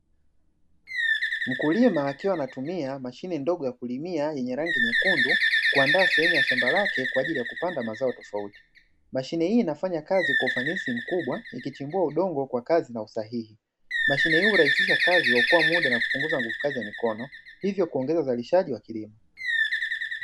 Mkulima akiwa anatumia mashine ndogo ya kulimia yenye rangi nyekundu kuandaa sehemu ya shamba lake kwa ajili ya kupanda mazao tofauti, mashine hii inafanya kazi kwa ufanisi mkubwa ikichimbua udongo kwa kasi na usahihi, mashine hii hurahisisha kazi, huokoa muda na hupunguza nguvukazi ya mikono hivyo kuongeza uzalishaji wa kilimo.